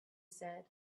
said